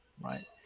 Right